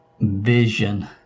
vision